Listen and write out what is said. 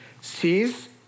sees